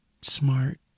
smart